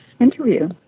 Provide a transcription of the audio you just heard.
interview